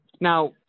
Now